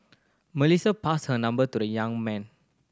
Melissa passed her number to the young man